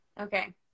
okay